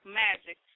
magic